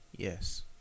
Yes